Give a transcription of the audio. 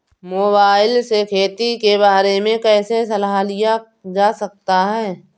Mobile से खेती के बारे कैसे सलाह लिया जा सकता है?